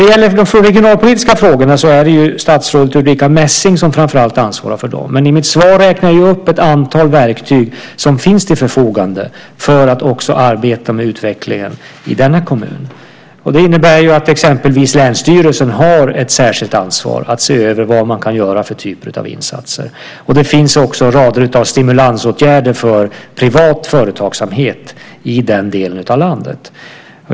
Det är framför allt statsrådet Ulrica Messing som ansvarar för de regionalpolitiska frågorna. Men i mitt svar räknade jag upp ett antal verktyg som finns till förfogande för att också arbeta med utvecklingen i denna kommun. Det innebär att exempelvis länsstyrelsen har ett särskilt ansvar att se över vilken typ av insatser som man kan göra. Det finns också rader av stimulansåtgärder för privat företagsamhet i den delen av landet.